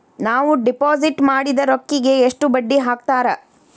ನಾವು ಡಿಪಾಸಿಟ್ ಮಾಡಿದ ರೊಕ್ಕಿಗೆ ಎಷ್ಟು ಬಡ್ಡಿ ಹಾಕ್ತಾರಾ?